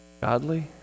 godly